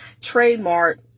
trademark